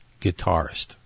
guitarist